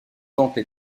temple